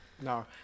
no